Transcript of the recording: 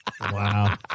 Wow